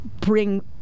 bring